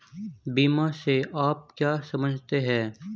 बीमा से आप क्या समझते हैं?